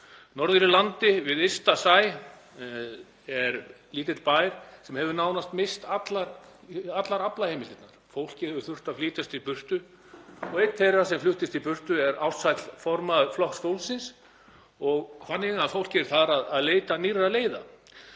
Norður í landi við ysta sæ er lítill bær sem hefur nánast misst allar aflaheimildirnar. Fólkið hefur þurft að flytjast í burtu og einn þeirra sem fluttist í burtu er ástsæll formaður Flokks fólksins. Því er fólkið þar að leita nýrra leiða